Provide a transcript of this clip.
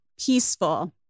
peaceful